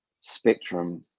spectrum